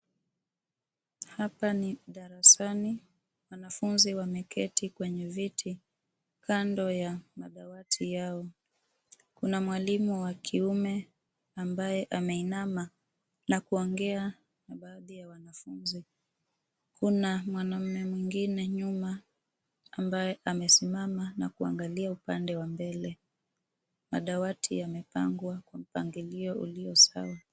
Hapa darasani wanafunzi wameketi kwenye viti kando ya madawati yao. Kuna mwalimu wa kiume ambaye ameinama na kuongea na baadhi ya wanafunzi. Kuna mwanamume mwingine nyuma ambaye amesimama na kuangalia upande wa mbele. Madawati yamepangwa kwa mpangilio ulio sawa.